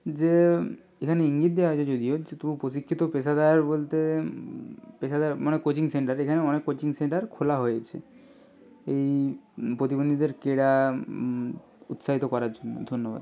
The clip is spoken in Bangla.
যে এখানে ইঙ্গিত দেওয়া হয়েছে যদিও যে তবু প্রশিক্ষিত পেশাদার বলতে পেশাদার মানে কোচিং সেন্টার এখানে অনেক কোচিং সেন্টার খোলা হয়েছে এই প্রতিবন্ধীদের ক্রীড়া উৎসাহিত করার জন্য ধন্যবাদ